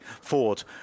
Ford